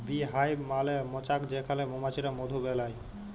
bee hive মালে মচাক যেখালে মমাছিরা মধু বেলায়